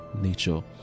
nature